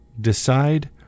Decide